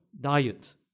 diet